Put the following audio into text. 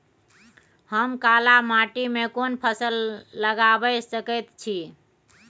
हम काला माटी में कोन फसल लगाबै सकेत छी?